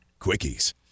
quickies